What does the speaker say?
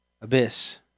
abyss